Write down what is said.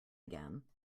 again